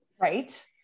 Right